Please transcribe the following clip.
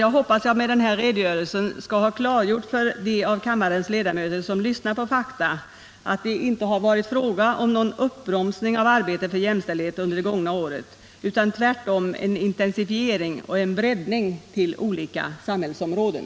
Jag hoppas att jag med den här redogörelsen skall ha m.m. klargjort för dem av kammarens ledamöter som lyssnar på fakta att det inte har varit fråga om någon uppbromsning av arbetet för jämställdhet under det gångna året utan tvärtom en intensifiering och en breddning till olika samhällsområden.